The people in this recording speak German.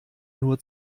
nur